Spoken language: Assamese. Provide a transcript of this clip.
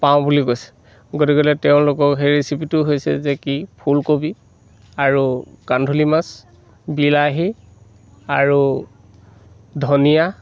পাওঁ বুলি কৈছে গতিকে তেওঁলোকক সেই ৰেচিপিটো হৈছে যে কি ফুলকবি আৰু কান্ধুলি মাছ বিলাহী আৰু ধনীয়া